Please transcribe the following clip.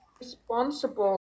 responsible